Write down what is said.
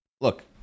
look